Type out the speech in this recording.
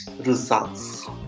results